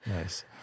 Nice